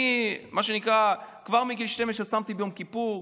אני, מה שנקרא, כבר מגיל 12 צמתי ביום כיפור.